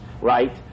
right